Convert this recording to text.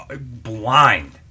blind